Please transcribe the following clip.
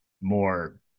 more